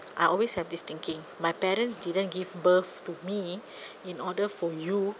I always have this thinking my parents didn't give birth to me in order for you